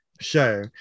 show